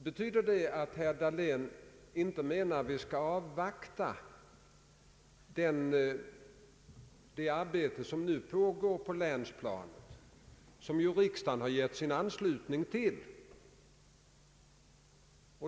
Betyder det att herr Dahlén anser att vi inte skall avvakta det arbete som nu pågår på länsplanet och som riksdagen har beslutat?